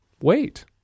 wait